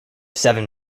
seven